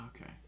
okay